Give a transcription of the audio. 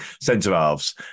centre-halves